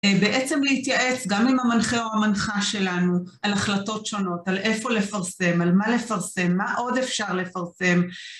בעצם להתייעץ גם עם המנחה או המנחה שלנו על החלטות שונות, על איפה לפרסם, על מה לפרסם, מה עוד אפשר לפרסם.